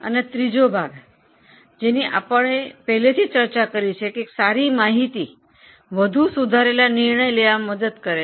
અને ત્રીજા ભાગની આપણે પહેલા ચર્ચા કરી કે એક સારી માહિતી વધુ સુધારેલા નિર્ણય લેવામાં મદદ કરે છે